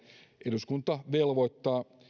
eduskunta velvoittaa